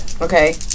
Okay